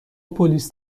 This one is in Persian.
پلیس